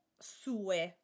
sue